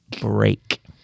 break